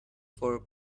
for